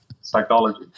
psychology